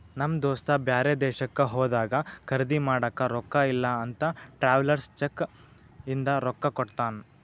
ನಮ್ ದೋಸ್ತ ಬ್ಯಾರೆ ದೇಶಕ್ಕ ಹೋದಾಗ ಖರ್ದಿ ಮಾಡಾಕ ರೊಕ್ಕಾ ಇಲ್ಲ ಅಂತ ಟ್ರಾವೆಲರ್ಸ್ ಚೆಕ್ ಇಂದ ರೊಕ್ಕಾ ಕೊಟ್ಟಾನ